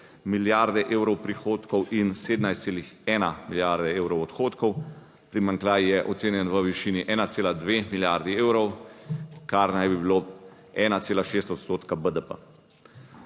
milijarde evrov prihodkov in 17,1 milijarde evrov odhodkov, primanjkljaj je ocenjen v višini 1,2 milijardi evrov, kar naj bi bilo 1,6